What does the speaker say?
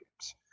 games